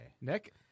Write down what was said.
Nick